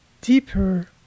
deeper